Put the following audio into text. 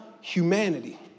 humanity